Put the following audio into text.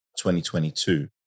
2022